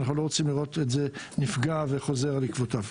אנחנו לא רוצים לראות את זה נפגע וחוזר על עקבותיו.